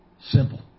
Simple